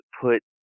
put